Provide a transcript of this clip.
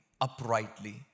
uprightly